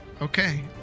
okay